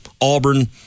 Auburn